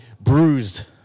bruised